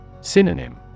Synonym